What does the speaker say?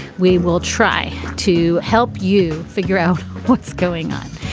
we will try to help you figure out what's going on.